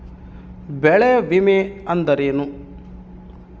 ಬೆಳೆ ವಿಮೆ ಅಂದರೇನು?